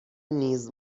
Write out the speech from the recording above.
نیز